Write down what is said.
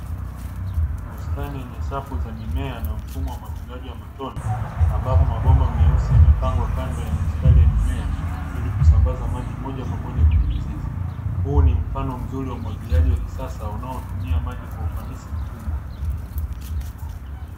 Bustani yenye safu ya mimea na mfumo wa umwagiliaji wa matone ambapo mabomba meusi yanepangwa kando ya mistari ya mimea ili kusambaza maji moja kwa moja kwenye mizizi. Huu ni mfano mzuri wa umwagiliaji wa kisasa unaotumia maji kwa ufanisi mkubwa.